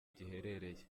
giherereye